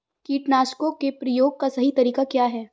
कीटनाशकों के प्रयोग का सही तरीका क्या है?